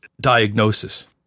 diagnosis